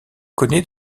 connaît